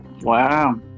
Wow